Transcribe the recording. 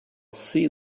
see